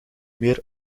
meer